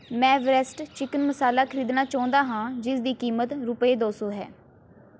ਮੈਂ Everest chicken masala ਖਰੀਦਣਾ ਚਾਹੁੰਦਾ ਹਾਂ ਜਿਸ ਦੀ ਕੀਮਤ ਰੁਪਏ ਦੋ ਸੌ ਹੈ